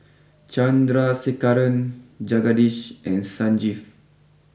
Chandrasekaran Jagadish and Sanjeev